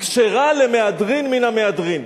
כשרה למהדרין מן המהדרין".